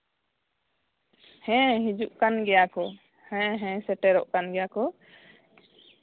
ᱦᱮᱸ ᱦᱤᱡᱩᱜ ᱠᱟᱱ ᱜᱮᱭᱟ ᱠᱚ ᱦᱮᱸ ᱥᱮᱴᱮᱨᱚᱜ ᱠᱟᱱ ᱜᱮᱭᱟ ᱠᱚ